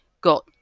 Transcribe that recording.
got